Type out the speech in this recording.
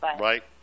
Right